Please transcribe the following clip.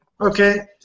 okay